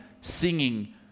singing